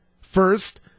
First